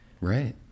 Right